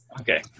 Okay